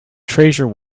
treasure